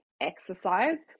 exercise